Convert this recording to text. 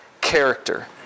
character